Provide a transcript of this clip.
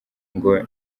ngo